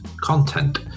content